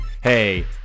Hey